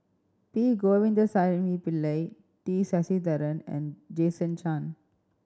P Govindasamy Pillai T Sasitharan and Jason Chan